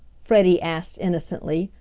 freddie asked innocently,